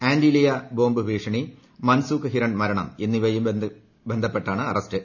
Antilia bomb ഭീഷണി മൻസൂഖ് ഹിരൺ മരണം എന്നിവയുമായി ബന്ധപ്പെട്ടാണ് അറസ്റ്റ്